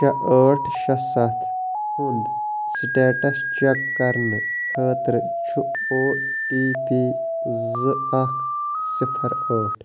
شےٚ ٲٹھ شےٚ ستھ ہُنٛد سِٹیٚٹس چیک کَرنہٕ خٲطرٕ چھُ او ٹی پی زٕ اَکھ صِفَر ٲٹھ